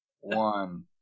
one